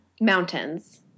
Mountains